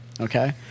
Okay